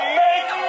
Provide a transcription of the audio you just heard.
make